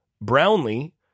Brownlee